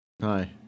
Hi